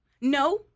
No